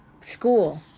school